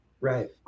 Right